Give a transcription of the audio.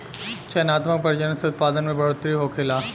चयनात्मक प्रजनन से उत्पादन में बढ़ोतरी होखेला